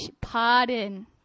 pardon